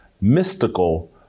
mystical